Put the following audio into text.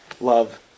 love